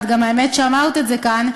וגם האמת שאמרת את זה כאן,